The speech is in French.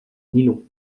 nylon